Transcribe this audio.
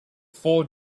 four